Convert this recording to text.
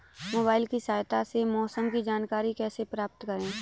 Mobile की सहायता से मौसम की जानकारी कैसे प्राप्त करें?